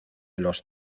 los